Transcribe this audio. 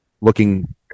looking